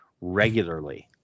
regularly